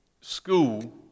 school